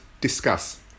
discuss